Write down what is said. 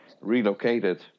relocated